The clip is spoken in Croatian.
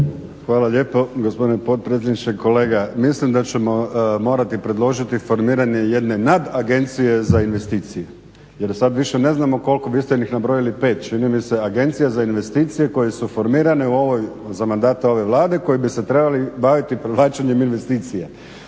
Hvala lijepa gospodine potpredsjedniče. Kolega mislim da ćemo morati predložiti formiranje jedne nadagencije za investicije, jer sad više ne znamo koliko. Vi ste ih nabrojali pet čini mi se agencija za investicije koje su formirane u ovoj, za mandata ove Vlade koji bi se trebali baviti provlačenjem investicija